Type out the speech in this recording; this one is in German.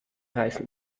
reifen